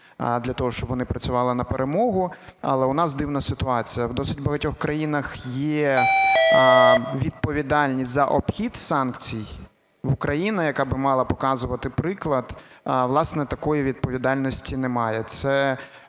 для того, щоб вони працювали на перемогу. Але у нас дивна ситуація, в досить багатьох країнах є відповідальність за обхід санкцій, Україна, яка би мала показувати приклад, власне, такої відповідальності немає.